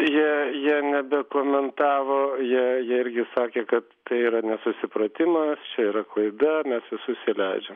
jie jie nebekomentavo jie jie irgi sakė kad tai yra nesusipratimas čia yra klaida mes visus įleidžiam